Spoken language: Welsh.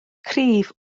cryf